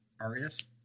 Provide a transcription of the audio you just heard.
Arias